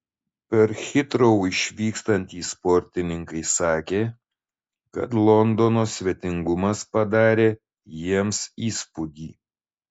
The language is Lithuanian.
per hitrou išvykstantys sportininkai sakė kad londono svetingumas padarė jiems įspūdį